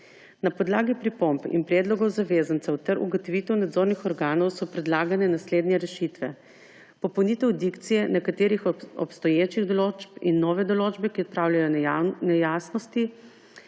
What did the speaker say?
Na podlagi pripomb in predlogov zavezancev ter ugotovitev nadzornih organov so predlagane naslednje rešitve: popolnitev dikcije nekaterih obstoječih določb in nove določbe, ki odpravljajo nejasnosti;